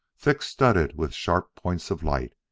thick-studded with sharp points of light.